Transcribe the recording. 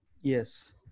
yes